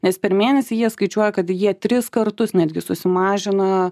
nes per mėnesį jie skaičiuoja kad jie tris kartus netgi susimažina